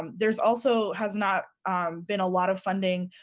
um there is also has not been a lot of funding,